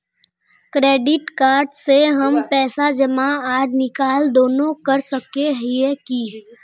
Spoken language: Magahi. क्रेडिट कार्ड से हम पैसा जमा आर निकाल दोनों कर सके हिये की?